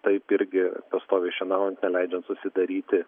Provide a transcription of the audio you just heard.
taip irgi pastoviai šienaujant neleidžiant susidaryti